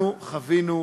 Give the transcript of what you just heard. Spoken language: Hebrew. אנחנו חווינו,